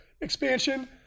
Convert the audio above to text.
expansion